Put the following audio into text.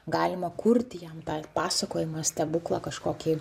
galima kurti jam tą pasakojimą stebuklą kažkokį